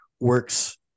works